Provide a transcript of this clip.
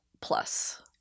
plus